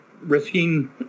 risking